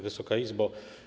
Wysoka Izbo!